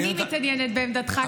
אני מתעניינת בעמדתך,